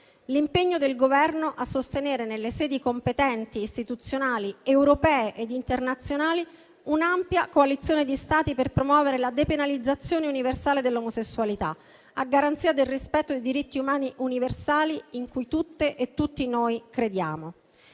l'impegno del Governo a sostenere, nelle competenti sedi istituzionali europee ed internazionali, un'ampia coalizione di Stati per promuovere la depenalizzazione universale dell'omosessualità, a garanzia del rispetto dei diritti umani universali in cui tutte e tutti noi crediamo.